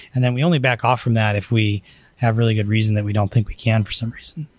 and then we only back off from that if we have really good reason that we don't think we can for some reason.